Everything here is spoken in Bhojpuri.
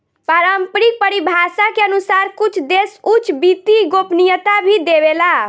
पारम्परिक परिभाषा के अनुसार कुछ देश उच्च वित्तीय गोपनीयता भी देवेला